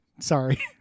Sorry